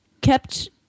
kept